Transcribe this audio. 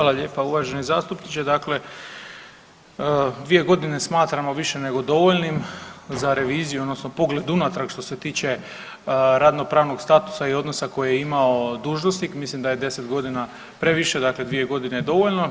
Hvala lijepa uvaženi zastupniče, dakle 2 godine smatramo više nego dovoljnim za reviziju odnosno pogled unatrag što se tiče radnopravnog statusa i odnosa koji je imao dužnosnik, mislim da je 10 godina previše, dakle 2 godine je dovoljno.